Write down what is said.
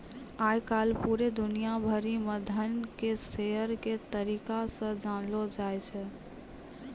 आय काल पूरे दुनिया भरि म धन के शेयर के तरीका से जानलौ जाय छै